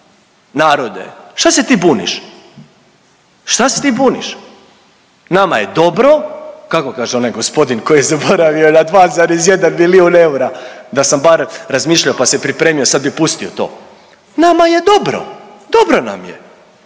narode, šta se ti buniš, šta se ti buniš, nama je dobro, kako kaže onaj gospodin koji je zaboravio na 2,1 milijun eura, da sam bar razmišljao pa se pripremio sad bi pustio to, nama je dobro, dobro nam je.